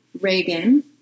Reagan